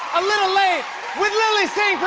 a little late with lilly